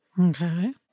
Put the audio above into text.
Okay